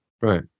Right